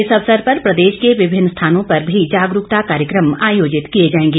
इस अवसर पर प्रदेश के विभिन्न स्थानों पर भी जागरूकता कार्यक्रम आयोजित किए जाएंगे